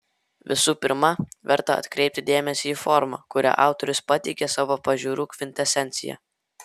visų pirma verta atkreipti dėmesį į formą kuria autorius pateikia savo pažiūrų kvintesenciją